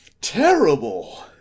terrible